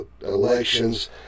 elections